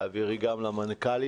תעבירי גם למנכ"ל,